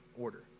order